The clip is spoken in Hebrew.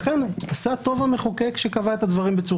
לכן אני חושב שלהגיד את הדברים שנאמרו כאן,